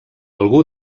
algú